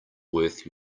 worth